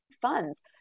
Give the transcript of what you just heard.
funds